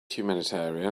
humanitarian